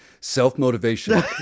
Self-motivation